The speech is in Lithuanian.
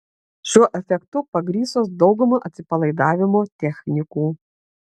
šiuo efektu pagrįstos dauguma atsipalaidavimo technikų